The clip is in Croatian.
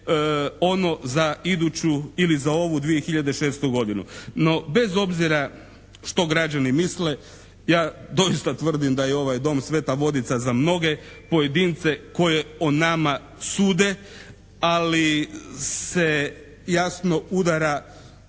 ono za iduću ili za ovu 2006. godinu. No, bez obzira što građani misle ja doista tvrdim da je ovaj dom "sveta vodica" za mnoge pojedince koji o nama sude ali se jasno udara